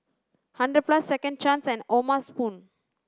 hundred plus Second Chance and O'ma spoon